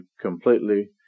completely